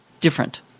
Different